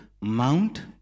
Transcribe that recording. mount